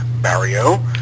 Barrio